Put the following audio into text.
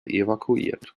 evakuiert